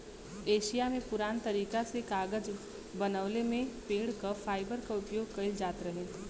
Asia में पुरान तरीका से कागज बनवले में पेड़ क फाइबर क उपयोग कइल जात रहे